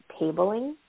tabling